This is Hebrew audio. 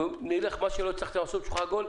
ונשיג את מה שלא הצלחתם להשיג בשולחן עגול,